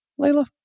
Layla